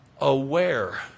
aware